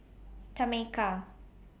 Tameka